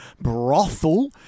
Brothel